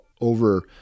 over